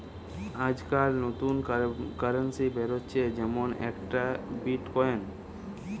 আজকাল নতুন কারেন্সি বেরাচ্ছে যেমন একটা বিটকয়েন